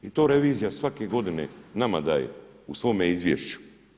I to revizija svake godine nama daje u svome izvješću.